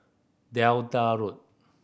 Delta Road